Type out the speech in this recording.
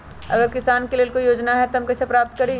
अगर किसान के लेल कोई योजना है त हम कईसे प्राप्त करी?